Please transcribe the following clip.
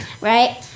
right